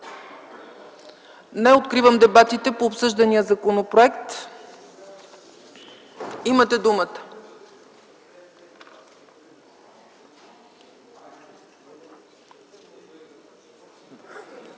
Не. Откривам дебатите по обсъждания законопроект. Има думата